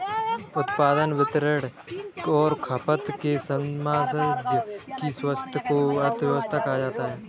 उत्पादन, वितरण और खपत के सामंजस्य की व्यस्वस्था को अर्थव्यवस्था कहा जाता है